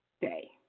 day